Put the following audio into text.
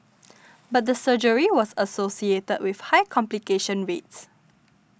but the surgery was associated with high complication rates